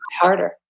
harder